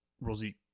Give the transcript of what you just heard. Rosie